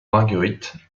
margueritte